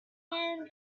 hand